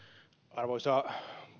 arvoisa